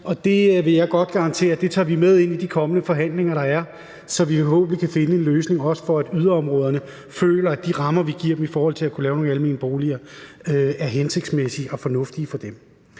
Det vil jeg godt garantere vi tager med ind i de kommende forhandlinger, så vi forhåbentlig kan finde en løsning, også for, at yderområderne føler, at de rammer, vi giver dem i forhold til at kunne lave nogle almene boliger, er hensigtsmæssige og fornuftige for dem.